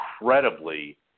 incredibly